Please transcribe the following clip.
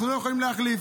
אנחנו לא יכולים להחליף.